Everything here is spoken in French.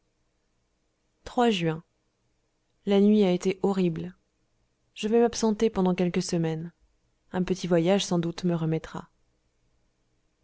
juin la nuit a été horrible je vais m'absenter pendant quelques semaines un petit voyage sans doute me remettra